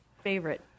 favorite